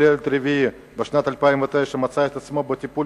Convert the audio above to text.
כל ילד רביעי בשנת 2009 מצא את עצמו בטיפול